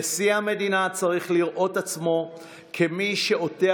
נשיא המדינה צריך לראות עצמו כמי שעוטה